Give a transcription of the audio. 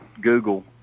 Google